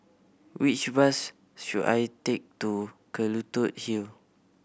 which bus should I take to Kelulut Hill